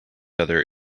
other